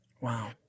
Wow